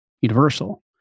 universal